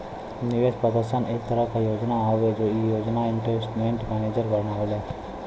निवेश प्रदर्शन एक तरह क योजना हउवे ई योजना इन्वेस्टमेंट मैनेजर बनावेला